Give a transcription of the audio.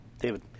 David